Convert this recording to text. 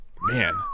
Man